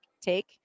take